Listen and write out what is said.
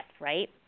right